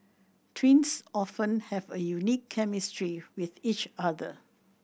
twins often have a unique chemistry with each other